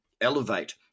elevate